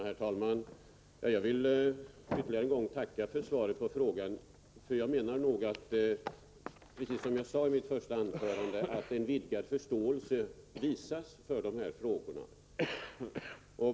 Herr talman! Jag vill ytterligare en gång tacka för svaret på frågan. Jag menar, precis som jag sade i mitt första anförande, att en vidgad förståelse visas för dessa frågor.